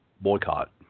boycott